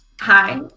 Hi